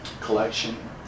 collection